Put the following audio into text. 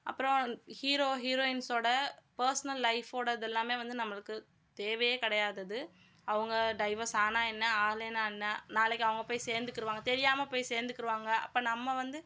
அப்புறம் ஹீரோ ஹீரோயின்ஸோட பர்ஸ்னல் லைஃப்வோடது எல்லாமே வந்து நம்மளுக்கு தேவையே கிடையாதது அவங்க டைவஸ் ஆனால் என்ன ஆகலைன்னா என்ன நாளைக்கு அவங்க போய் சேர்ந்துக்கிருவாங்க தெரியாமல் போய் சேர்ந்துக்கிருவாங்க அப்போ நம்ம வந்து